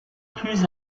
plus